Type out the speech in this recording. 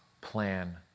plan